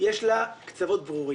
יש לה קצוות ברורים.